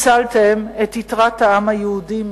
הצלתם את יתרת העם היהודי מכליה.